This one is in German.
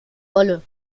wolle